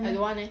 I don't want eh